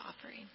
offering